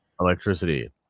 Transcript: electricity